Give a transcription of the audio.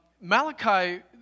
Malachi